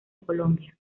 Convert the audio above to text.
colombia